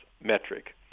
metric